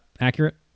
accurate